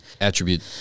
attribute